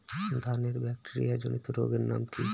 ধানের ব্যাকটেরিয়া জনিত রোগের নাম কি?